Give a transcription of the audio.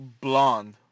blonde